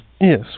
Yes